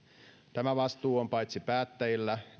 tämä vastuu on paitsi päättäjillä